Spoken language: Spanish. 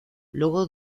luego